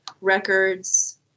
Records